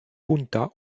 punta